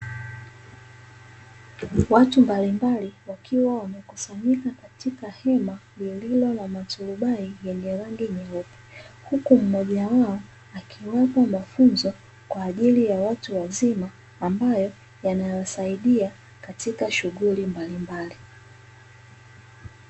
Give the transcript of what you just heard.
Watu mbalimbali wakiwa wamekusanyika katika hema lililo na maturubai yenye rangi nyeupe huku mmoja wao akiwapa mafunzo kwa ajili ya watu wazima ambayo yanayosaidia katika shughuli mbalimbali.